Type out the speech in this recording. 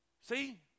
See